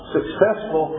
successful